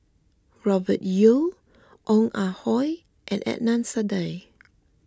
Robert Yeo Ong Ah Hoi and Adnan Saidi